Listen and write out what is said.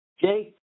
Jake